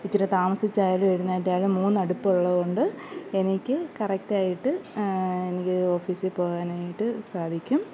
ഇത്തിരി താമസിച്ചായാലും എഴുന്നേറ്റാൽ മൂന്ന് അടുപ്പ് ഉള്ളതുകൊണ്ട് എനിക്ക് കറക്റ്റ് ആയിട്ട് എനിക്ക് ഓഫീസിൽ പോവാനായിട്ട് സാധിക്കും